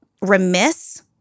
remiss